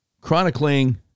chronicling